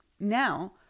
Now